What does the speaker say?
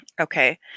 Okay